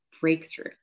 breakthrough